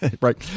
Right